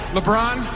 LeBron